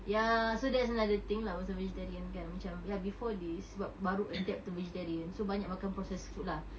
ya so that's another thing lah pasal vegetarian kan macam ya before this sebab baru adapt to vegetarian so banyak makan processed food lah